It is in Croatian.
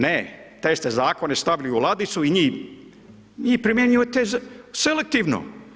Ne, te ste zakone stavili u ladicu i njih, njih primjenjujete selektivno.